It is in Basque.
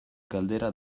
galdera